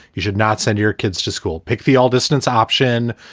you should not send your kids to school, pick the all distance option,